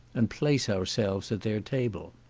and place ourselves at their table.